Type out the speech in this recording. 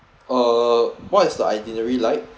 uh what is the itinerary like